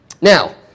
Now